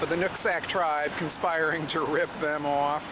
but the next act tried conspiring to rip them off